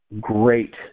great